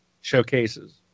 showcases